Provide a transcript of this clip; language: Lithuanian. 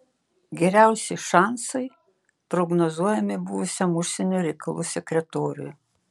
geriausi šansai prognozuojami buvusiam užsienio reikalų sekretoriui